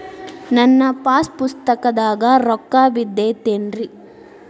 ನನ್ನ ಪಾಸ್ ಪುಸ್ತಕದಾಗ ರೊಕ್ಕ ಬಿದ್ದೈತೇನ್ರಿ?